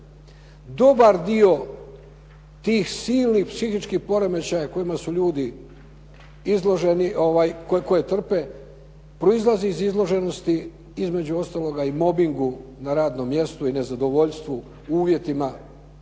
Dobar dio tih silnih, psihičkih poremećaja kojima su ljudi izloženi, koje trpe proizlazi iz izloženosti između ostaloga i mobbingu na radnom mjestu i nezadovoljstvu uvjetima na